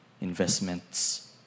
investments